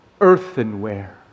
earthenware